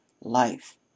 life